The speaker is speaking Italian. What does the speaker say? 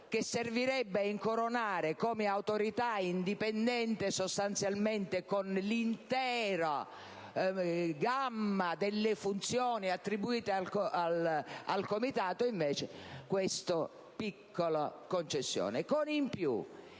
che servirebbe ad incoronare come Autorità indipendente, sostanzialmente con l'intera gamma delle funzioni attribuite al comitato, questa piccola commissione.